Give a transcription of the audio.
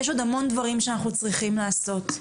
יש עוד המון דברים שאנחנו צריכים לעשות,